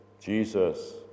Jesus